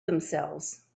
themselves